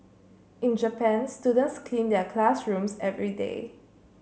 in Japan students clean their classrooms every day